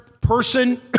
person